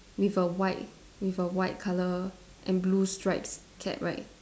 with a white with a white colour and blue stripes cap right